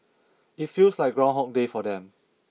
it feels like groundhog day for them